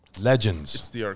Legends